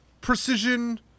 precision